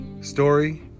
story